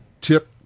tip